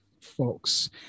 folks